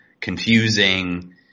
confusing